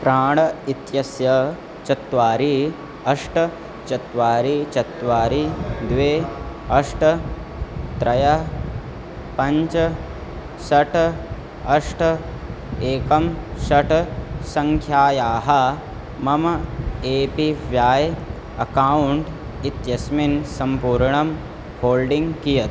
प्राण् इत्यस्य चत्वारि अष्ट चत्वारि चत्वारि द्वे अष्ट त्रयः पञ्च षट् अष्ट एकं षट् सङ्ख्यायाः मम ए पी व्याय् अकौण्ट् इत्यस्मिन् सम्पूर्णं होल्डिङ्ग् कियत्